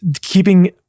keeping